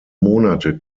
monate